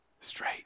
straight